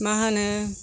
मा होनो